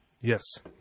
Yes